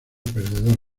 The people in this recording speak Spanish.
perdedor